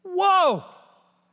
Whoa